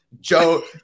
Joe